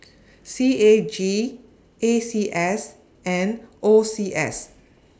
C A G A C S and O C S